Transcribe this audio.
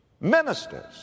ministers